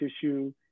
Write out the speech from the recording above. tissue